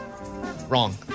Wrong